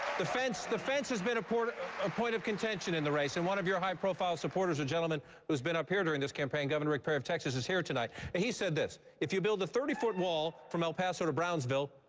the fence the fence has been a point ah a point of contention in the race. and one of your high-profile supporters, a gentleman who's been up here during this campaign, governor rick perry of texas, is here tonight. he said this if you build a thirty foot wall from el paso to brownsville,